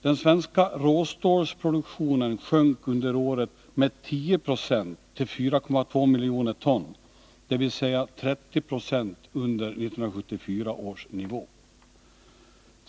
Den svenska råstålsproduktionen sjönk under året med 10 9o till 4,2 miljoner ton, dvs. 30 Ze under 1974 års nivå.